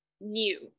New